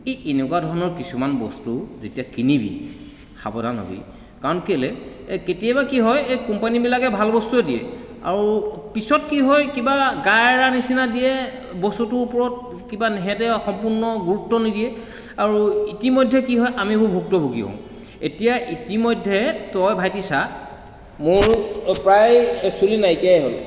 এ এনেকুৱা ধৰণৰ কিছুমান বস্তু যেতিয়া কিনিবি সাৱধান হ'বি কাৰণ কেলে কেতিয়াবা কি হয় এই কোম্পানীবিলাকে ভাল বস্তুৱে দিয়ে আৰু পিছত কি হয় কিবা গা এৰা নিচিনা দিয়ে বস্তুটো ওপৰত কিবা সিহঁতে সম্পূৰ্ণ গুৰুত্ব নিদিয়ে আৰু ইতিমধ্যে কি হয় আমিবোৰ ভুক্তভোগী হওঁ এতিয়া ইতিমধ্যে তই ভাইটি চা মোৰ প্ৰায় চুলি নাইকিয়াই হ'ল